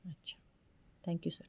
अच्छा thank you sir